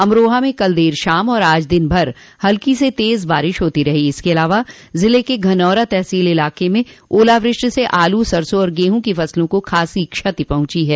अमरोहा में कल देर शाम और आज दिनभर हल्की से तेज बारिश होती रही इसके अलावा जिले के धनौरा तहसील इलाके में ओलावृष्टि से आलू सरसों और गेहूँ की फसलों को खासी क्षति पहुंची है